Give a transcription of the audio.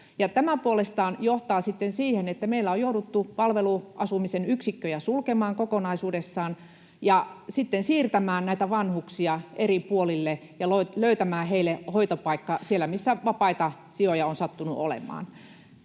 tämä puolestaan johtaa sitten siihen, että meillä on jouduttu palveluasumisen yksikköjä sulkemaan kokonaisuudessaan ja sitten siirtämään näitä vanhuksia eri puolille ja löytämään heille hoitopaikka sieltä, missä vapaita sijoja on sattunut olemaan.